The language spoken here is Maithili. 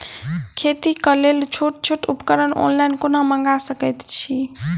खेतीक लेल छोट छोट उपकरण ऑनलाइन कोना मंगा सकैत छी?